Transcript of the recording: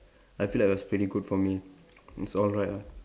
I feel like it was pretty good for me it's alright lah